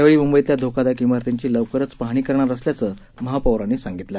ेळी मंबईतल्या धोकादायक इमारतींची लवकरच पाहणी करणार असल्याचं महापौरांनी सांगितलं